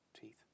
teeth